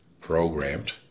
programmed